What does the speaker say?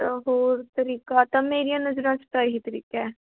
ਹੋਰ ਤਰੀਕਾ ਤਾਂ ਮੇਰੀਆਂ ਨਜ਼ਰਾਂ 'ਚ ਤਾਂ ਇਹ ਹੀ ਤਰੀਕਾ ਹੈ